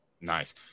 Nice